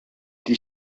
die